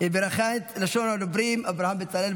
של חברי הכנסת אברהם בצלאל,